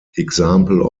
example